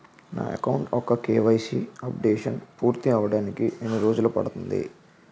నా అకౌంట్ యెక్క KYC updation పూర్తి అవ్వడానికి ఎన్ని రోజులు పడుతుంది?